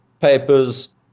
papers